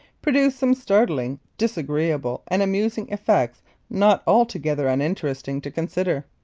produce some startling, disagreeable, and amusing effects not altogether uninteresting to consider.